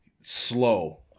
slow